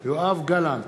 יואב גלנט,